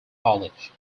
college